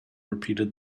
repeated